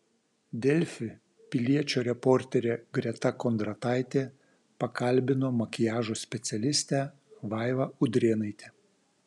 delfi piliečio reporterė greta kondrataitė pakalbino makiažo specialistę vaivą udrėnaitę